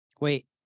Wait